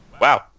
Wow